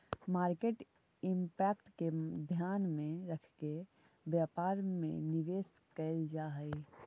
market impact के ध्यान में रखके व्यापार में निवेश कैल जा हई